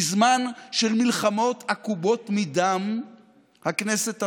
בזמן של מלחמות עקובות מדם הכנסת עבדה,